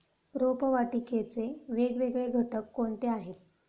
रोपवाटिकेचे वेगवेगळे घटक कोणते आहेत?